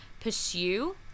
pursue